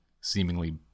seemingly